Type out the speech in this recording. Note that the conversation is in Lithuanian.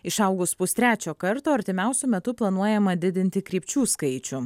išaugus pustrečio karto artimiausiu metu planuojama didinti krypčių skaičių